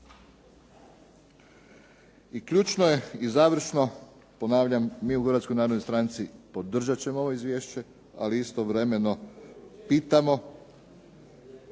I ključno je i završno ponavljam, mi u Hrvatskoj narodnoj stranci podržat ćemo ovo izvješće, ali istovremeno pitamo